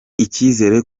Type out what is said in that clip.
icyizere